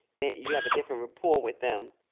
then you have a different rapport with them.